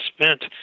spent